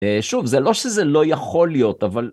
שוב, זה לא שזה לא יכול להיות, אבל...